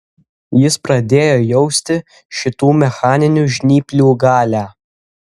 jis pradėjo jausti šitų mechaninių žnyplių galią